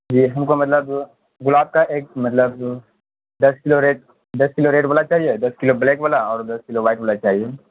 جی ہم کو مطلب گلاب کا ایک مطلب دس کلو ریڈ دس کلو ریڈ والا چاہیے دس کلو بلیک والا اور دس کلو وائٹ والا چاہیے